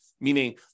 meaning